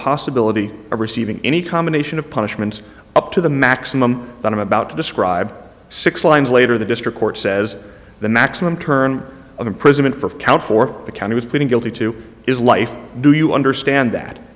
possibility of receiving any combination of punishments up to the maximum that i'm about to describe six lines later the district court says the maximum term of imprisonment for count for the county was pleading guilty to is life do you understand that